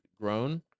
grown